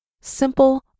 simple